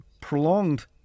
prolonged